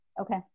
Okay